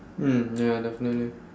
mm ya definitely